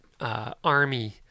army